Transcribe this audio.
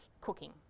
cooking